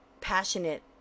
passionate